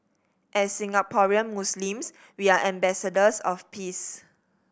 as Singaporean Muslims we are ambassadors of peace